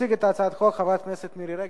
תציג את הצעת החוק חברת הכנסת מירי רגב.